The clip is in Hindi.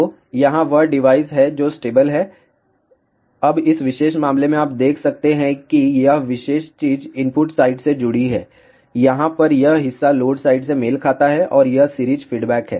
तो यहां वह डिवाइस है जो स्टेबल है अब इस विशेष मामले में आप देख सकते हैं कि यह विशेष चीज इनपुट साइड से जुड़ी है यहां पर यह हिस्सा लोड साइड से मेल खाता है और यह सीरीज फीडबैक है